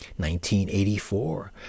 1984